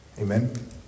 Amen